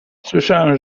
słyszałam